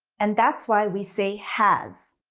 and that's why we say has.